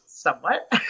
Somewhat